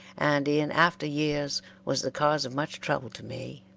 and in after years was the cause of much trouble to me.